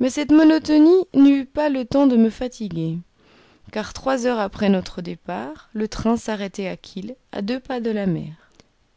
mais cette monotonie n'eut pas le temps de ma fatiguer car trois heures après notre départ le train s'arrêtait à kiel à deux pas de la mer